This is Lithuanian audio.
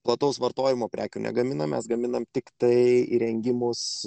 plataus vartojimo prekių negamina mes gaminame tiktai įrengimus